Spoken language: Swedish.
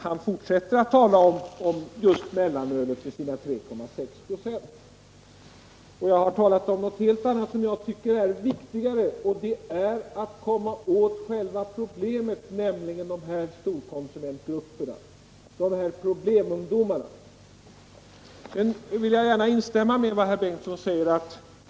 Han fortsätter att tala om mellanölet med sina 3,6 26. Han talar om något helt annat än det jag tycker är viktigt, nämligen att komma åt själva problemet — storkonsumentgrupperna, problemungdomarna. Jag vill gärna instämma i vad herr Torsten Bengtson säger.